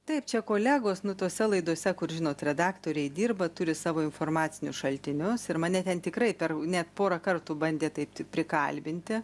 taip čia kolegos nu tose laidose kur žinot redaktoriai dirba turi savo informacinius šaltinius ir mane ten tikrai per net porą kartų bandė taip prikalbinti